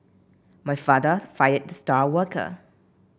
my father fired the star worker